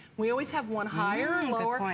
we always have one higher or and lower,